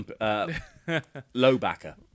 Lowbacker